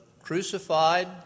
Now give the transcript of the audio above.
crucified